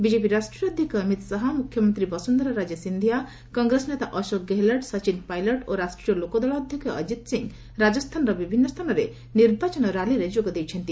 BJP ରାଷ୍ଟ୍ରୀୟ ଅଧ୍ୟକ୍ଷ ଅମିତ ଶାହା ମୁଖ୍ୟମନ୍ତ୍ରୀ ବସୁନ୍ଧରା ରାଜେ ସିନ୍ଧିଆ କଂଗ୍ରେସ ନେତା ଅଶୋକ ଗେହଲଟ୍ ସଚିନ୍ ପାଇଲଟ୍ ଓ ରାଷ୍ଟ୍ରାୟ ଲୋକ ଦଳ ଅଧ୍ୟକ୍ଷ ଅଜିତ୍ ସିଂ ରାଜସ୍ଥାନର ବିଭିନ୍ନ ସ୍ଥାନରେ ନିର୍ବାଚନ ରାଲିରେ ଯୋଗ ଦେଇଛନ୍ତି